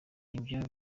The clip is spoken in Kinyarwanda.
nibyo